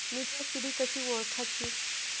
मित्र किडी कशी ओळखाची?